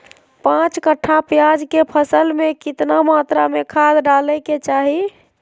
पांच कट्ठा प्याज के फसल में कितना मात्रा में खाद डाले के चाही?